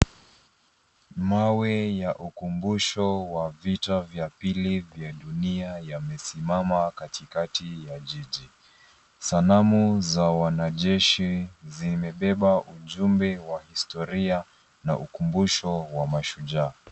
Mawe ya ukumbusho wa vita vya pili vya dunia yamesimama katikati ya jiji. Sanamu za wanajeshi zimebeba ujumbe wa historia na ukumbusho wa mashujaa.